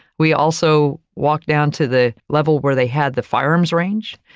we also walked down to the level where they had the firearms range,